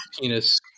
penis